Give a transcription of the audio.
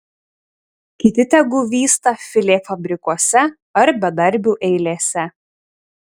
kiti tegu vysta filė fabrikuose ar bedarbių eilėse